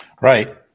Right